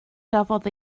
gafodd